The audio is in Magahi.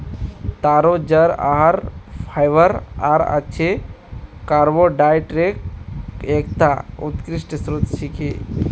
तारो जड़ आहार फाइबर आर अच्छे कार्बोहाइड्रेटक एकता उत्कृष्ट स्रोत छिके